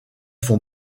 font